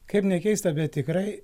kaip nekeista bet tikrai